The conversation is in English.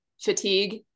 fatigue